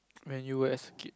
and you will escape